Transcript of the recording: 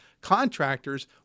contractors